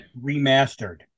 remastered